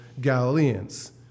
Galileans